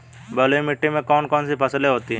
बलुई मिट्टी में कौन कौन सी फसलें होती हैं?